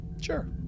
Sure